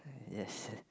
yes